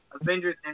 Avengers